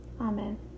Amen